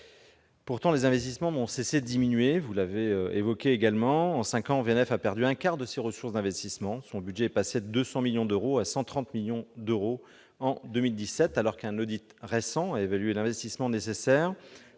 Pourtant les investissements n'ont cessé de diminuer. En cinq ans, VNF a perdu un quart de ses ressources d'investissement : son budget est passé de 200 millions d'euros à 130 millions d'euros en 2017, alors qu'un audit récent a évalué l'investissement nécessaire